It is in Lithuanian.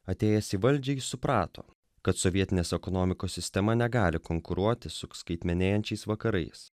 atėjęs į valdžią jis suprato kad sovietinės ekonomikos sistema negali konkuruoti su skaitmenėjančiais vakarais